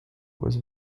was